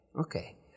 Okay